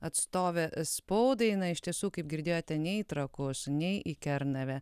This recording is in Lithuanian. atstovė spaudai na iš tiesų kaip girdėjote nei į trakus nei į kernavę